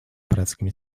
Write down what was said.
братскими